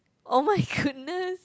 oh-my-goodness